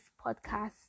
podcast